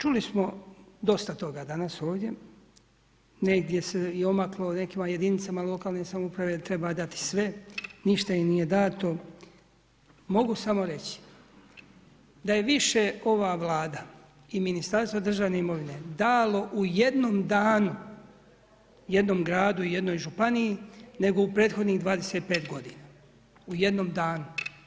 Čuli smo dosta toga danas, ovdje, negdje se i omaklo nekima jedinicama lokalne samouprave da treba dati sve, ništa im nije dato, mogu samo reći da je više ova Vlada i Ministarstvo državne imovine dalo u jednom danu, jednom gradu i jednoj županiji neko u prethodnih 25 godina, u jednom danu.